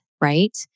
right